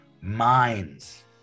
minds